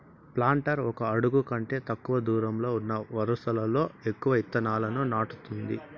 planter ఒక అడుగు కంటే తక్కువ దూరంలో ఉన్న వరుసలలో ఎక్కువ ఇత్తనాలను నాటుతుంది